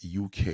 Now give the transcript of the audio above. UK